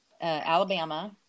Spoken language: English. Alabama